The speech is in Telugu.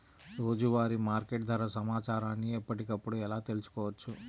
రోజువారీ మార్కెట్ ధర సమాచారాన్ని ఎప్పటికప్పుడు ఎలా తెలుసుకోవచ్చు?